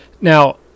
Now